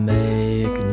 make